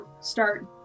start